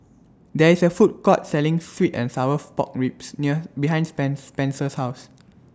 There IS A Food Court Selling Sweet and Sour Pork Ribs near behind Spenser's House